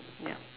ya